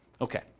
Okay